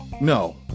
no